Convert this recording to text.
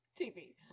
TV